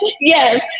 Yes